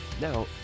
Now